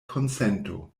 konsento